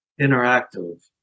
interactive